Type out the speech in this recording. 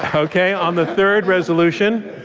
ah okay. on the third resolution,